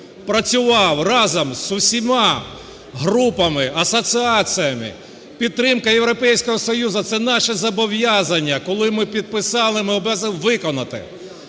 працював разом з усіма групами, асоціаціями, підтримка Європейського Союзу – це наше зобов'язання, коли ми підписали, ми обязаны виконати.